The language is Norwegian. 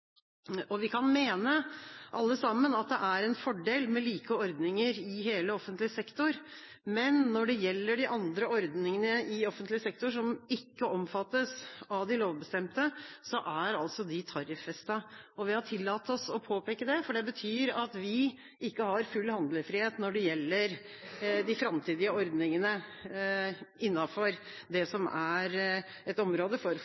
og vi kan alle sammen mene at det er en fordel med like ordninger i hele den offentlige sektor, men når det gjelder de andre ordningene i offentlig sektor – som ikke omfattes av de lovbestemte – er de tariffestet. Vi har tillatt oss å påpeke det, for det betyr at vi ikke har full handlefrihet når det gjelder de framtidige ordningene innenfor det som er et område for